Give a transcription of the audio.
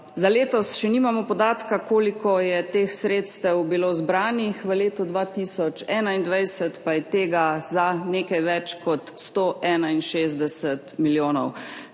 Za letos še nimamo podatka, koliko je bilo teh sredstev zbranih. V letu 2021 pa je tega za nekaj več kot 161 milijonov.